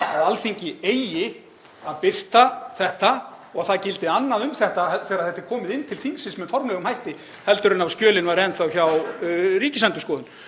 að Alþingi eigi að birta gögnin og það gildi annað um þetta þegar þetta er komið inn til þingsins með formlegum hætti heldur en ef skjölin væru enn þá hjá Ríkisendurskoðun.